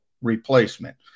Replacement